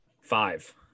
five